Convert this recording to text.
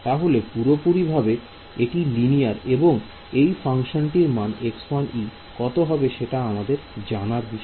তাহলে পুরোপুরি ভাবে এটি লিনিয়ার এবং এই ফাংশনটি মান কত হবে সেটা আমাদের জানার বিষয়